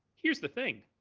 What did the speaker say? here's the thing,